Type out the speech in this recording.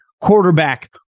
quarterback